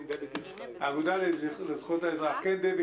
מהאגודה לזכויות האזרח,